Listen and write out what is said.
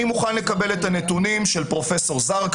אני מוכן לקבל את הנתונים של פרופסור זרקא